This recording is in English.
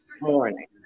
morning